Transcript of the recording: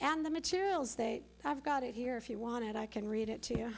and the materials they have got it here if you want it i can read it to you